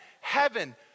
heaven